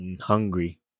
Hungry